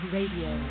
Radio